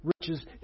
riches